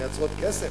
הן מייצרות כסף.